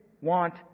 want